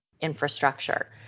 infrastructure